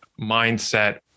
mindset